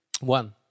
One